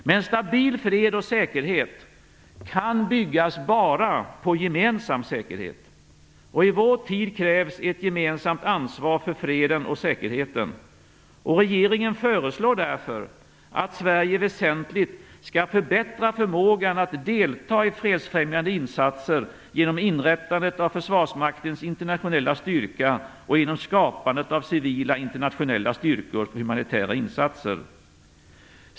Men stabil fred och säkerhet kan byggas bara på gemensam säkerhet. I vår tid krävs ett gemensamt ansvar för freden och säkerheten, och regeringen föreslår därför att Sverige väsentligt skall förbättra förmågan att delta i fredsfrämjande insatser genom inrättandet av försvarsmaktens internationella styrka och genom skapandet av civila internationella styrkor för humanitära insatser.